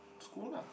school lah